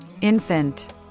Infant